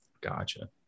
Gotcha